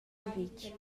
vitg